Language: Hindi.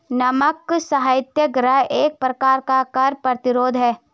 नमक सत्याग्रह एक प्रकार का कर प्रतिरोध था